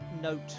note